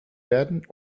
werden